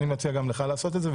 אני מציע גם לך לעשות את זה,